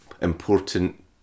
important